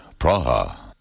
Praha